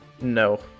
No